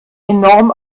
enorm